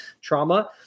trauma